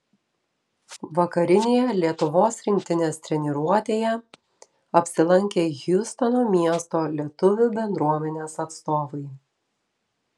vakarinėje lietuvos rinktinės treniruotėje apsilankė hjustono miesto lietuvių bendruomenės atstovai